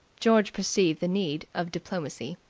george perceived the need of diplomacy.